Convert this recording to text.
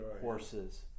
horses